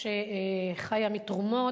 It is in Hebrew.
שחיה מתרומות,